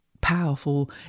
powerful